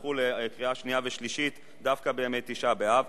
שהונחו לקריאה שנייה ושלישית דווקא בימי תשעה באב,